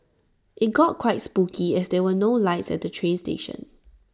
IT got quite spooky as there were no lights at the train station